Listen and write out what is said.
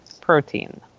protein